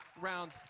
round